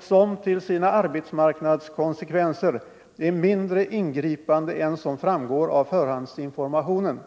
som till sina arbetsmarknadskonsekvenser är mindre ingripande än som framgår av förhandsinformationen.